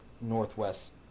Northwest